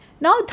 Now